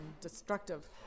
destructive